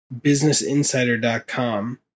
BusinessInsider.com